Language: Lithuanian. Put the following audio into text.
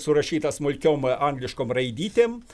surašyta smulkiau angliškom raidytėm